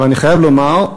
אבל אני חייב לומר,